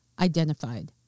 identified